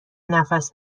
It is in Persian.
نفس